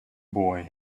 boy